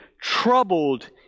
troubled